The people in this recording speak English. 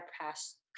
past